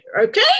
okay